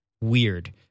weird